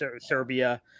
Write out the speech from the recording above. Serbia